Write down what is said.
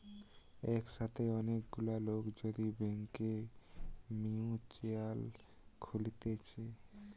একসাথে অনেক গুলা লোক যদি ব্যাংকে মিউচুয়াল খুলতিছে